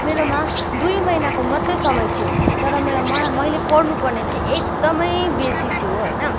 मेरोमा दुई महिनाको मात्र समय थियो तर म पनि मैले पढ्नुपर्ने चाहिँ एकदमै बेसी थियो होइन